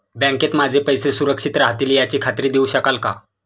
बँकेत माझे पैसे सुरक्षित राहतील याची खात्री देऊ शकाल का?